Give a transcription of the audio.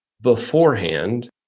beforehand